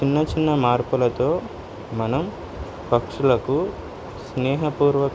చిన్న చిన్న మార్పులతో మనం పక్షులకు స్నేహపూర్వ